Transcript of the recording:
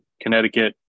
Connecticut